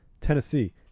tennessee